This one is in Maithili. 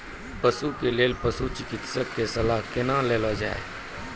पशुपालन के लेल पशुचिकित्शक कऽ सलाह कुना लेल जाय?